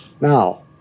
Now